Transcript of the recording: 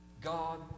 God